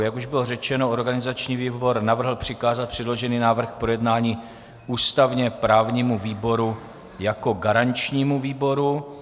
Jak už bylo řečeno, organizační výbor navrhl přikázat předložený návrh k projednání ústavněprávnímu výboru jako garančnímu výboru.